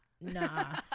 nah